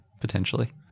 potentially